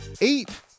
eight